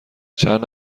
چند